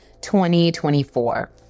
2024